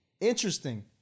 interesting